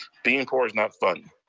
being poor is not fun,